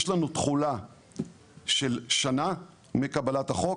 יש לנו תחולה של שנה מקבלת החוק,